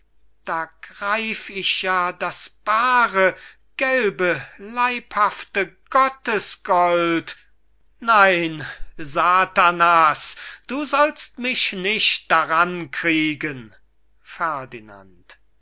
da greif ich ja das baare gelbe leibhaftige gottesgold nein satanas du sollst mich nicht daran kriegen